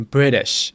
British